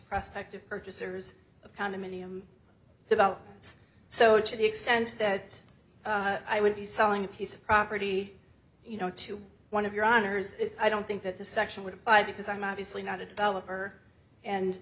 prospect of purchasers of condominium developments so to the extent that i would be selling a piece of property you know to one of your honor's i don't think that the section would apply because i'm obviously not a developer and